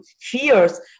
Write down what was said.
fears